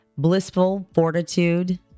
blissfulfortitude